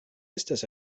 estas